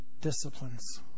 disciplines